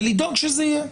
ולדאוג שזה יהיה.